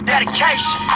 Dedication